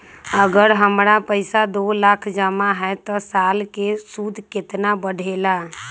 अगर हमर पैसा दो लाख जमा है त साल के सूद केतना बढेला?